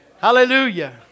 Hallelujah